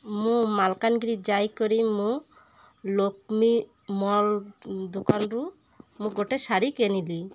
ମୁଁ ମାଲକାନଗିରି ଯାଇ କରି ମୁଁ ଲକ୍ଷ୍ମୀ ମଲ୍ ଦୋକାନରୁ ମୁଁ ଗୋଟେ ଶାଢ଼ୀ କିଣିଲି